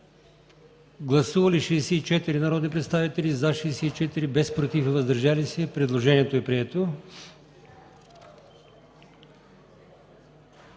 Гласували 93 народни представители: за 93, против и въздържали се няма. Предложението е прието.